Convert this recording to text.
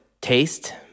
taste